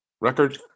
record